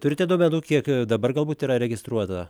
turite duomenų kiek dabar galbūt yra registruota